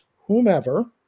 whomever